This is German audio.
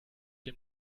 dem